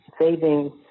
saving